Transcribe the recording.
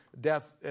death